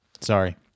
Sorry